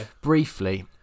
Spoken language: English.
briefly